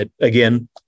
again